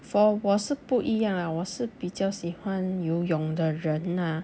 for 我是不一样 ah 我是比较喜欢游泳的人 ah